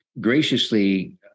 graciously